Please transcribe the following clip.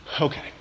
Okay